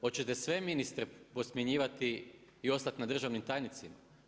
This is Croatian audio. Hoćete sve ministre posmjenjivati i ostati na državnim tajnicima?